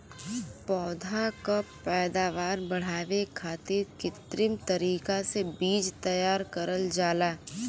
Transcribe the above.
पौधा क पैदावार बढ़ावे खातिर कृत्रिम तरीका से बीज तैयार करल जाला